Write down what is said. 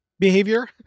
behavior